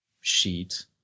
sheet